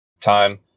time